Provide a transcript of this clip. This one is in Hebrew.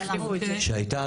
שהייתה אז,